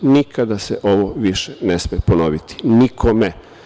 Nikada se ovo više ne sme ponoviti nikome!